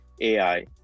AI